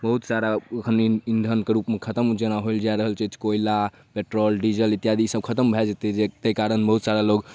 बहुत सारा खनिज इन्धनके रूपमे खतम होइलै जा रहल छै जेना कोयला आओर पेट्रोल डीजल इत्यादि सब खतम भऽ जेतै एहि कारण बहुत सारा लोक